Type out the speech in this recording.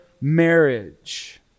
marriage